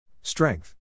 Strength